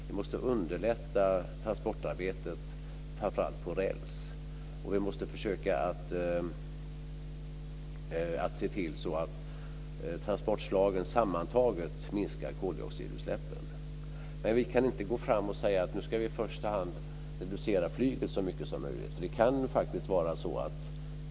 Vi måste också underlätta transportarbetet - framför allt gäller det transporter på räls - och försöka se till att transportslagen sammantaget minskar koldioxidutsläppen. Vi kan dock inte gå fram och säga att vi i första hand ska reducera flyget så mycket som möjligt.